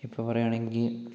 ഇപ്പൊൾ പറയുകയാണെങ്കിൽ